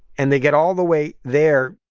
and they get all the way there,